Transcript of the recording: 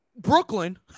Brooklyn